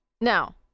now